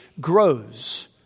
grows